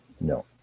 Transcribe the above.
no